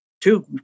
Two